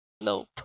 nope